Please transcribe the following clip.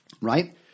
right